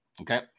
okay